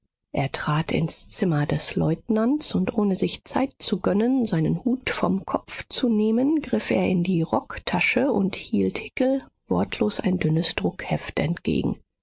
er trat ins zimmer des leutnants und ohne sich zeit zu gönnen seinen hut vom kopf zu nehmen griff er in die rocktasche und hielt hickel wortlos ein dünnes druckheft entgegen